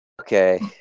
Okay